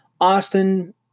Austin